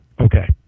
okay